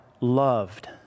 loved